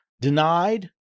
denied